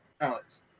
Alex